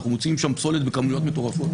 ואנחנו מוצאים שם פסולת בכמויות מטורפות,